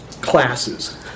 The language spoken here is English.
classes